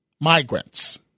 Migrants